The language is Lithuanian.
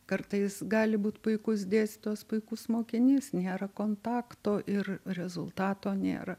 kartais gali būt puikus dėstytojas puikus mokinys nėra kontakto ir rezultato nėra